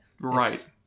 Right